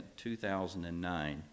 2009